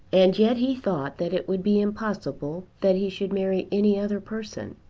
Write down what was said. and yet he thought that it would be impossible that he should marry any other person.